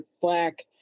black